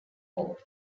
war